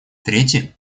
третий